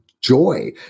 joy